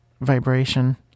vibration